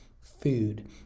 food